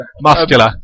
muscular